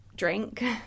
drink